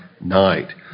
night